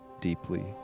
deeply